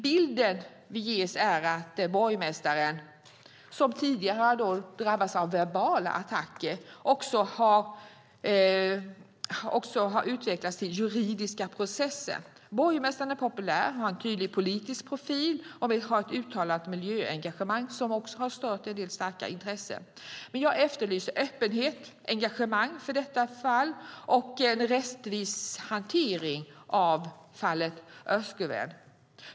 Bilden vi ges är att attackerna mot borgmästaren, som tidigare har drabbats av verbala attacker, har utvecklats till juridiska processer. Borgmästaren är populär, har en tydlig politisk profil och har ett uttalat miljöengagemang, som också har stört en del starka intressen. Jag efterlyser öppenhet och engagemang och en rättvis hantering av fallet Özguven.